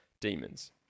demons